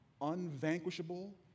unvanquishable